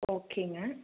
ஓகேங்க